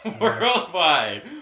Worldwide